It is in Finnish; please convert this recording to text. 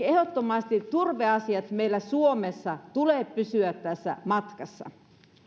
ehdottomasti turveasioiden meillä suomessa tulee pysyä matkassa